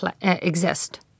exist